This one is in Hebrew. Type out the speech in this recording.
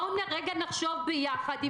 בואו נרגע נחשוב ביחד,